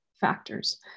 factors